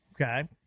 Okay